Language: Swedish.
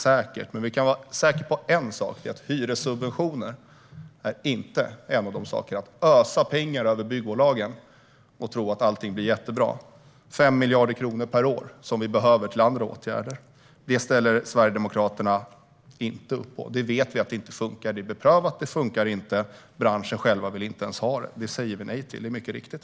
Men vi kan vara säkra på en sak, nämligen att hyressubventioner inte är en sådan sak - att ösa pengar över byggbolagen och tro att allting blir jättebra. Det är 5 miljarder per år som vi behöver till andra åtgärder. Detta ställer sig Sverigedemokraterna inte bakom. Vi vet att det inte funkar. Det är prövat, och det funkar inte. Inte ens branschen själv vill ha detta. Det säger vi nej till, det är riktigt.